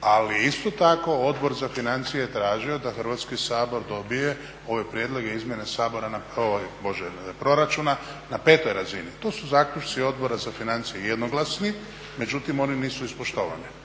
ali isto tako Odbor za financije je tražio da Hrvatski sabor dobije ove prijedloge i izmjene Sabora na, bože proračuna na petoj razini. To su zaključci Odbora za financije jednoglasni, međutim oni nisu ispoštovani.